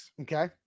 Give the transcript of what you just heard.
Okay